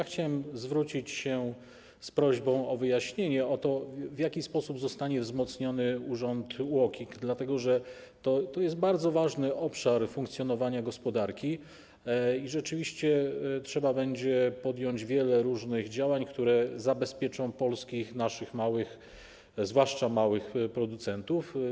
Chciałem zwrócić się z prośbą o wyjaśnienie tego, w jaki sposób zostanie wzmocniony UOKiK, dlatego że to jest bardzo ważny obszar funkcjonowania gospodarki i rzeczywiście trzeba będzie podjąć wiele różnych działań, które zabezpieczą polskich, naszych, zwłaszcza małych producentów.